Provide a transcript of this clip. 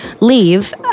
leave